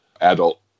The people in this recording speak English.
adult